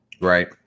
Right